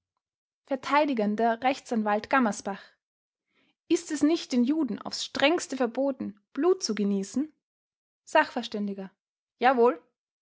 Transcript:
vert r a gammersbach ist es nicht den juden aufs strengste verboten blut zu genießen sachv jawohl